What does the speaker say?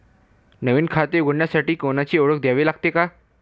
नवीन खाते उघडण्यासाठी कोणाची ओळख द्यावी लागेल का?